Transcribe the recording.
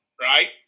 right